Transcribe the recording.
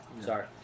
Sorry